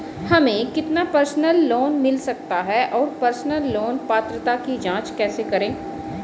हमें कितना personal loan मिल सकता है और पर्सनल लोन पात्रता की जांच कैसे करें?